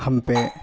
Hampi